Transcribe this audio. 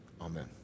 Amen